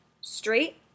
straight